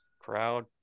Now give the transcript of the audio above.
Crowd